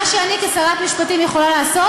מה שאני, כשרת משפטים, יכולה לעשות,